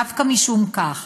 דווקא משום כך,